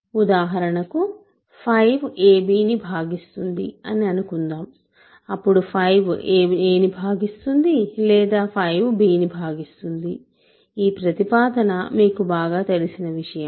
ఉదాహరణకు 5 a b ని భాగిస్తుంది అనుకుందాం అప్పుడు 5 a ని భాగిస్తుంది లేదా 5 b ని భాగిస్తుంది ఈ ప్రతిపాదన మీకు బాగా తెలిసిన విషయం